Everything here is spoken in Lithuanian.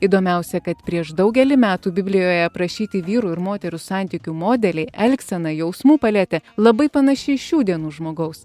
įdomiausia kad prieš daugelį metų biblijoje aprašyti vyrų ir moterų santykių modeliai elgsena jausmų paletė labai panaši į šių dienų žmogaus